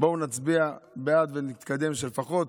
בואו נצביע בעד ונתקדם, שלפחות